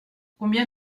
combien